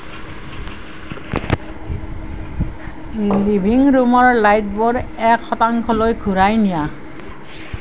living ৰুমৰ লাইটবোৰ এক শতাংশলৈ ঘূৰাই নিয়া